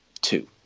two